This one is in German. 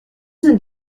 sind